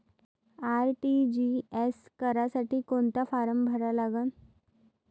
RTGS करासाठी कोंता form भरा लागन?